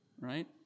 right